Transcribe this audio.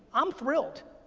i'm thrilled.